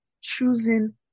choosing